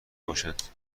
باشند